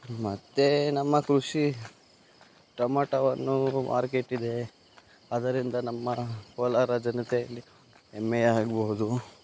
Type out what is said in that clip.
ಮತ್ತೆ ನಮ್ಮ ಕೃಷಿ ಟೊಮಾಟವನ್ನು ಮಾರ್ಕೆಟಿದೆ ಅದರಿಂದ ನಮ್ಮ ಕೋಲಾರ ಜನತೆಯಲ್ಲಿ ಹೆಮ್ಮೆ ಆಗಬಹುದು